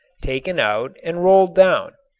taken out and rolled down,